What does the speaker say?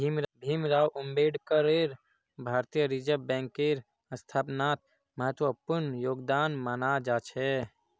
भीमराव अम्बेडकरेर भारतीय रिजर्ब बैंकेर स्थापनात महत्वपूर्ण योगदान माना जा छे